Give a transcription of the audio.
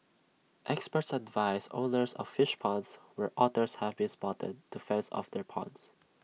experts advise owners of fish ponds where otters have been spotted to fence off their ponds